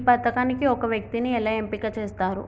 ఈ పథకానికి ఒక వ్యక్తిని ఎలా ఎంపిక చేస్తారు?